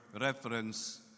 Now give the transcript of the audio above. reference